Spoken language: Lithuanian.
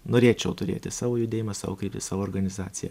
norėčiau turėti savo judėjimą savo kryptį savo organizaciją